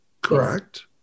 correct